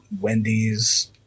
Wendy's